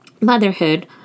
motherhood